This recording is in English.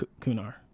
Kunar